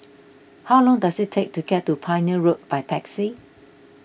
how long does it take to get to Pioneer Road by taxi